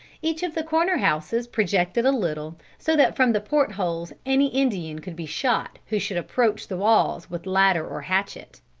each of the corner houses projected a little, so that from the port-holes any indian could be shot who should approach the walls with ladder or hatchet.